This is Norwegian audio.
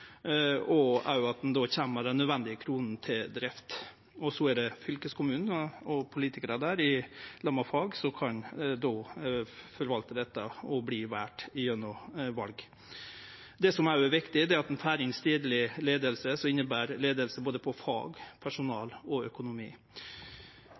veg, og at ein då kjem med dei nødvendige kronene til drift. Så er det fylkeskommunen og politikarar der – i lag med fagmiljøet – som kan forvalte dette og verte valde gjennom val. Det som òg er viktig, er at ein får inn stadleg leiing, som inneber leiing innan både fag, personal og økonomi. Å få dette på